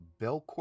Belcourt